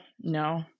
No